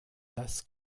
das